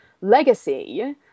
legacy